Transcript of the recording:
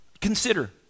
consider